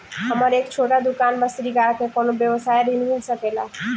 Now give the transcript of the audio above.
हमर एक छोटा दुकान बा श्रृंगार के कौनो व्यवसाय ऋण मिल सके ला?